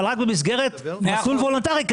אבל רק במסגרת וולונטרית,